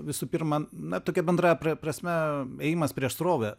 visų pirma na tokia bendrąja prasme ėjimas prieš srovę